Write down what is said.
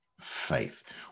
faith